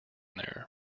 here